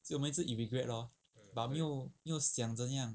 就我们 immigrate loh but 没有没有想怎样